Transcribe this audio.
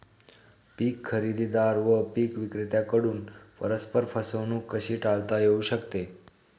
पीक खरेदीदार व पीक विक्रेत्यांकडून परस्पर फसवणूक कशी टाळता येऊ शकते?